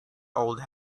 old